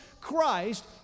Christ